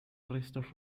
restos